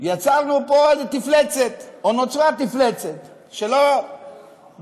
יצרנו פה איזו תפלצת, או נוצרה תפלצת שלא ברצוננו,